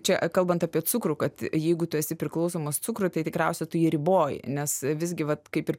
čia kalbant apie cukrų kad jeigu tu esi priklausomas cukrui tai tikriausiai tu jį riboji nes visgi vat kaip ir